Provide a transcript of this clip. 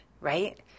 right